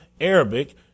Arabic